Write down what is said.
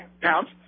pounds